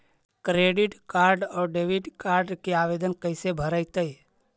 Credit और debit card के आवेदन कैसे भरैतैय?